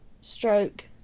stroke